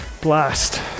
blast